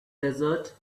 desert